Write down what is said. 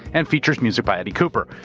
and features music by eddie cooper.